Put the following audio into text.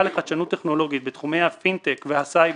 לחדשנות טכנולוגית בתחומי הפינטק והסייבר,